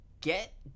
get